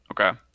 Okay